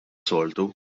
soltu